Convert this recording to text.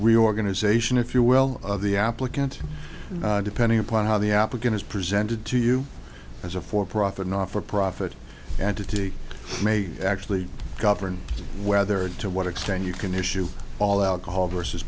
reorganization if you will of the applicant depending upon how the applicant is presented to you as a for profit not for profit and to may actually govern whether and to what extent you can issue all alcohol versus